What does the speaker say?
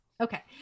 Okay